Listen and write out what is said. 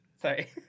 Sorry